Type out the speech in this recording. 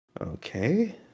Okay